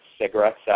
Cigarettes